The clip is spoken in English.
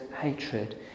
hatred